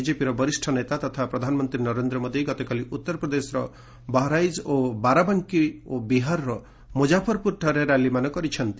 ବିଜେପିର ବରିଷ୍ଣ ନେତା ତଥା ପ୍ରଧାନମନ୍ତ୍ରୀ ନରେନ୍ଦ୍ର ମୋଦି ଗତକାଲି ଉତ୍ତରପ୍ରଦେଶ ବହରାଇଜ୍ ଓ ବାରାବାଙ୍କି ଓ ବିହାରର ମୁଜାଫରପୁରଠାରେ ର୍ୟାଲିମାନ କରିଛନ୍ତି